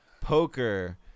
poker